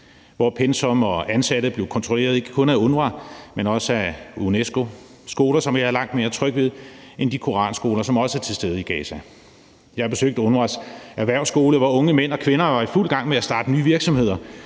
hvor pensum og ansatte blev kontrolleret ikke kun af UNRWA, men også af UNESCO, og skoler, som jeg er langt mere tryg ved end de koranskoler, som også er til stede i Gaza. Jeg har besøgt UNRWA's erhvervsskole, hvor unge mænd og kvinder var i fuld gang med at starte nye virksomheder.